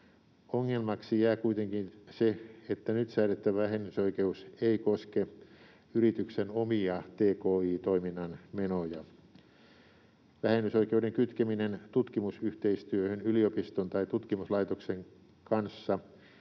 Ongelmaksi jää kuitenkin se, että nyt säädetty vähennysoikeus ei koske yrityksen omia tki-toiminnan menoja. Vähennysoikeuden kytkeminen tutkimusyhteistyöhön yliopiston tai tutkimuslaitoksen kanssa